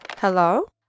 Hello